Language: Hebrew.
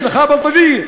יש לך ממש בלטג'יה,